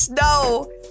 no